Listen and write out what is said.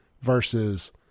versus